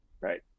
right